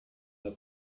her